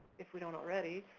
if we don't already,